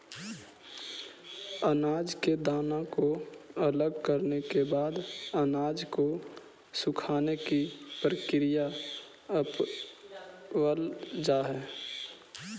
अनाज के दाना को अलग करने के बाद अनाज को सुखाने की प्रक्रिया अपनावल जा हई